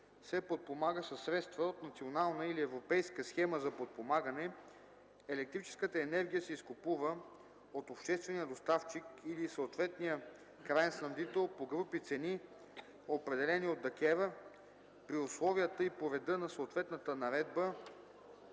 се подпомага със средства от национална или европейска схема за подпомагане, електрическата енергия се изкупува от обществения доставчик или съответния краен снабдител по групи цени, определени от ДКЕВР, при условията и по реда на съответната наредба